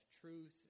truth